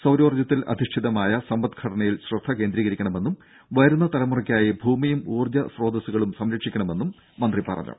സൌരോർജ്ജത്തിൽ അധിഷ്ഠിതമായ സമ്പദ്ഘടനയിൽ ശ്രദ്ധകേന്ദ്രീകരിക്കണമെന്നും വരുന്ന തലമുറയ്ക്കായി ഭൂമിയും ഊർജ്ജസ്രോതസ്സുകളും സംരക്ഷിക്കണമെന്നും മന്ത്രി പറഞ്ഞു